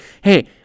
hey